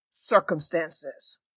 Circumstances